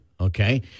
Okay